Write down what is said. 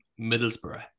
Middlesbrough